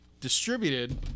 distributed